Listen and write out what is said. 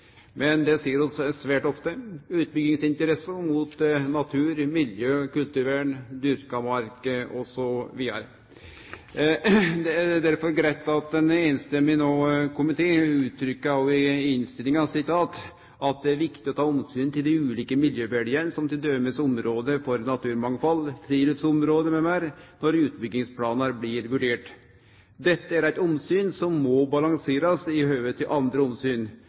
men det ser vi svært ofte – utbyggingsinteresser mot natur, miljø, kulturvern, dyrka mark osv. Det er derfor greitt at ein samrøystes komité no uttrykkjer i innstillinga at «det er viktig å ta omsyn til dei ulike miljøverdiane som t.d. område for naturmangfald, friluftsområde m.m., når utbyggingsplanar blir vurdert. Dette er eit omsyn som må balanserast i høve til andre omsyn